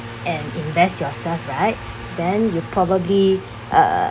and invest yourself right then you probably uh